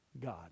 God